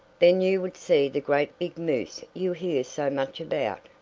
then you would see the great big moose you hear so much about.